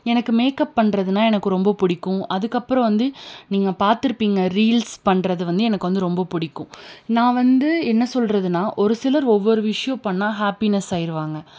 எனக்கு மேக்கப் பண்ணுறதுன்னா எனக்கு ரொம்ப பிடிக்கும் அதுக்கு அப்புறம் வந்து நீங்கள் பார்த்து இருப்பிங்க ரீல்ஸ் பண்ணுறது வந்து எனக்கு வந்து ரொம்ப பிடிக்கும் நான் வந்து என்ன சொல்கிறதுன்னா ஒரு சிலர் ஒவ்வொரு விஷயம் பண்ணால் ஹாப்பினஸ் ஆகிடுவாங்க